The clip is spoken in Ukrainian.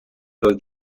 той